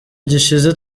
gishize